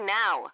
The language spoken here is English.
now